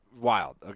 wild